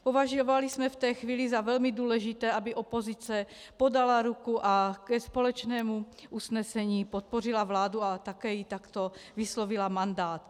Považovali jsme v té chvíli za velmi důležité, aby opozice podala ruku ke společnému usnesení, podpořila vládu a také jí takto vyslovila mandát.